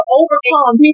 overcome